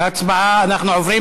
אנחנו עוברים